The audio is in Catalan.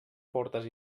portes